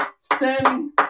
standing